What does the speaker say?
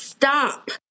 Stop